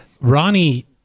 Ronnie